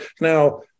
now